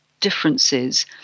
differences